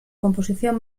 composición